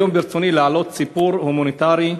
היום ברצוני להעלות סיפור הומניטרי,